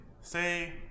say